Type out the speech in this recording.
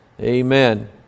Amen